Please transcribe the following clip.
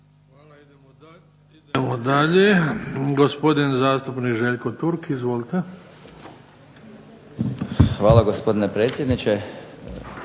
Hvala. Idemo dalje. Gospodin zastupnik Željko Turk, izvolite. **Turk, Željko (HDZ)** Hvala, gospodine predsjedniče.